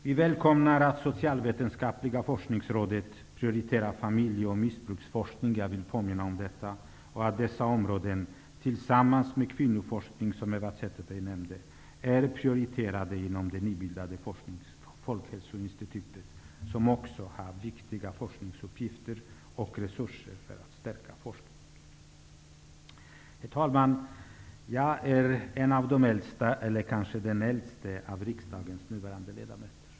Vi välkomnar att Socialvetenskapliga forskningsrådet prioriterar familje och missbruksforskning och att dessa områden tillsammans med kvinnoforskningen, som Eva Zetterberg nämnde, är prioriterade inom det nybildade Folkhälsoinstitutet, som också har viktiga forskningsuppgifter och resurser för att stärka forskningen. Herr talman! Jag är en av de äldsta eller kanske den äldste av riksdagens nuvarande ledamöter.